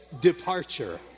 departure